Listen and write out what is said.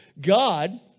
God